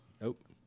Nope